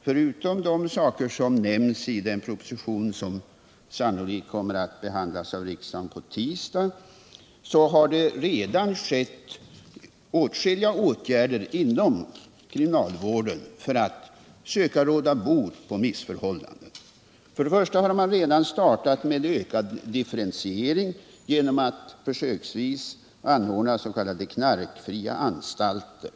Förutom vad som nämns i den proposition som sannolikt kommer att behandlas av riksdagen på tisdag, har det redan vidtagits åtskilliga åtgärder inom kriminalvården för att söka råda bot på missförhållanden. Man har redan börjat genomföra en ökad differentiering genom att försöksvis anordna s.k. knarkfria anstalter.